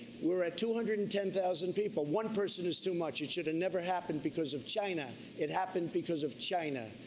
we're at two hundred and ten thousand people. one person is too much. it should have and never happened because of china. it happened because of china.